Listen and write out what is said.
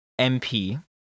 MP